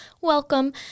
welcome